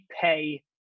pay